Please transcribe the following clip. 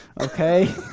okay